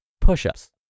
push-ups